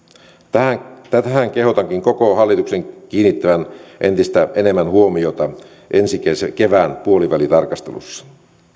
tähän kehotankin koko hallituksen kiinnittävän entistä enemmän huomiota ensi kevään puolivälitarkastelussa